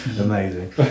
Amazing